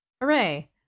Hooray